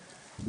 וכו'.